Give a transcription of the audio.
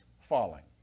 falling